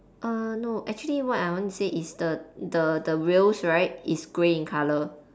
err no actually what I want to say is the the the wheels right is grey in colour